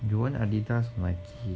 you want Adidas or Nike